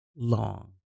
long